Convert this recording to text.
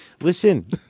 Listen